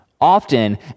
often